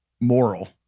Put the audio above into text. moral